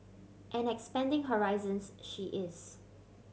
and expanding horizons she is